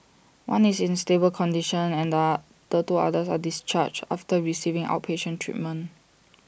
one is in A stable condition and are sir two others were discharged after receiving outpatient treatment